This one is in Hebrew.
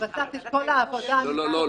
מבצעת את כל העבודה המקצועית ----- לא לאה,